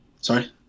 Sorry